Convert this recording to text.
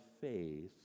faith